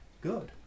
good